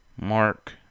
mark